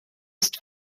ist